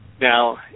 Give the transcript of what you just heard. Now